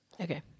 Okay